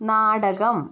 നാടകം